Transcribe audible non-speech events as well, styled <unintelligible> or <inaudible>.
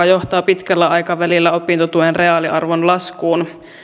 <unintelligible> johtaa pitkällä aikavälillä opintotuen reaaliarvon laskuun